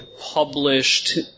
published